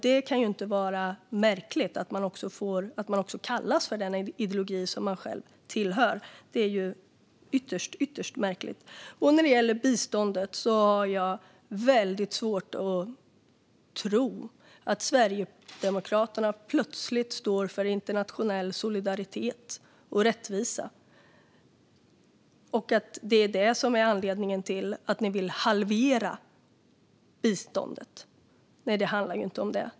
Det kan inte vara märkligt att man kallas för den ideologi som man tillhör. När det gäller biståndet har jag väldigt svårt att tro att Sverigedemokraterna plötsligt står för internationell solidaritet och rättvisa och att det är anledningen till att ni vill halvera biståndet. Nej, det handlar inte om det.